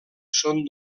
són